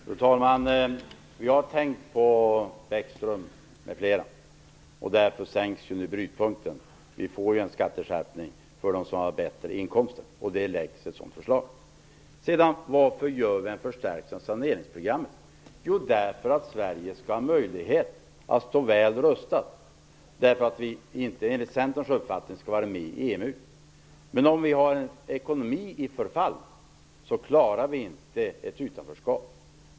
Fru talman! Vi har tänkt på Lars Bäckström m.fl., och därför sänks nu brytpunkten. Det blir en skatteskärpning för dem som har bättre inkomster. Det är ett förslag som läggs fram. Lars Bäckström frågar varför vi förstärker saneringsprogrammet. Det är för att Sverige skall ha möjlighet att stå väl rustat. Enligt Centerns uppfattning skall vi inte vara med i EMU. Om vi har en ekonomi i förfall klarar vi inte ett utanförskap.